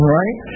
right